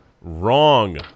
Wrong